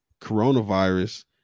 coronavirus